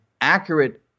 accurate